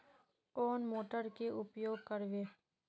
कौन मोटर के उपयोग करवे?